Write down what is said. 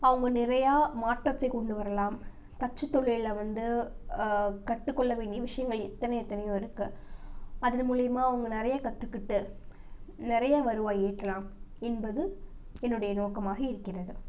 அவங்க நிறையா மாற்றத்தை கொண்டு வரலாம் தச்சு தொழிலில் வந்து கற்றுக்கொள்ள வேண்டிய விஷயங்கள் எத்தனை எத்தனையோ இருக்குது அதில் மூலயமா அவங்க நிறைய கற்றுக்கிட்டு நிறையா வருவாய ஈட்டலாம் என்பது என்னுடைய நோக்கமாக இருக்கிறது